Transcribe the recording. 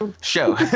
show